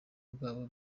bwabo